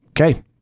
Okay